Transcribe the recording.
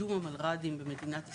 וקידום במדינת ישראל,